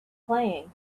playing